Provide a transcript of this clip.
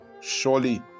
Surely